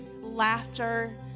laughter